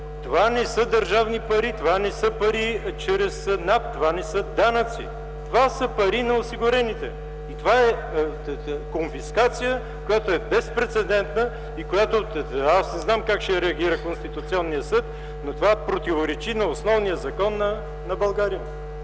Това не са държавни пари! Това не са пари чрез НАП, това не са данъци, това са пари на осигурените и това е конфискация, която е безпрецедентна и която ... Аз не знам как ще реагира Конституционния съд, но това противоречи на основния закон на България.